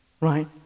right